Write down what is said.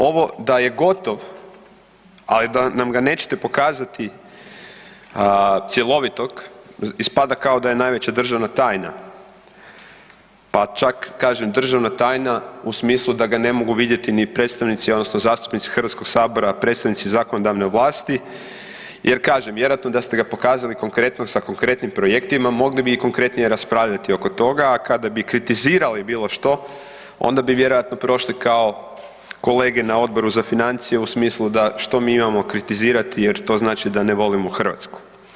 Ovo da je gotov, ali da nam ga nećete pokazati cjelovitog ispada kao da je najveća državna tajna, pa čak kažem državna tajna u smislu da ga ne mogu vidjeti ni predstavnici odnosno zastupnici Hrvatskog sabora, predstavnici zakonodavne vlasti, jer kažem vjerojatno da ste ga pokazali konkretnog, sa konkretnim projektima mogli bi i konkretnije raspravljati oko toga, a kada bi kritizirali bilo što onda bi vjerojatno prošli kao kolege na Odboru za financije u smislu da što mi imamo kritizirati jer to znači da ne volimo Hrvatsku.